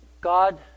God